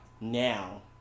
Now